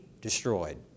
destroyed